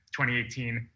2018